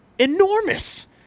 enormous